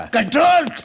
Control